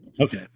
Okay